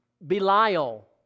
Belial